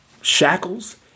shackles